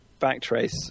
backtrace